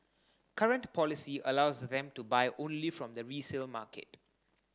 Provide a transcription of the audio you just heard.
current policy allows them to buy only from the resale market